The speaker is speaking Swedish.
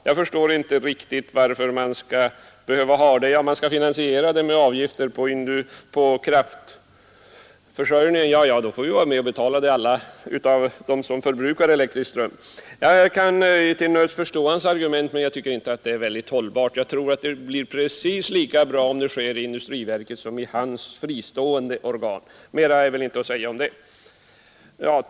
Jag förstår inte riktigt varför man skulle behöva ett fristående organ, Det skulle finansieras genom avgifter på kraftförsörjningen, och då får vi ju alla som förbrukar elektrisk ström vara med och betala Jag kan till nöds förstå herr Anderssons argument, men jag tycker inte det är särskilt hållbart. Jag tror att det blir precis lika bra om saken handhas av industriverket som om den sköts i herr Anderssons fristående organ. Mera är inte att säga om det.